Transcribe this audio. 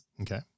Okay